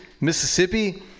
Mississippi